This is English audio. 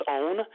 own